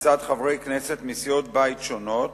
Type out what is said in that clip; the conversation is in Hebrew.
מצד חברי כנסת מסיעות בית שונות,